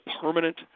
permanent